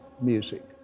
music